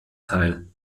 teil